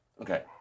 okay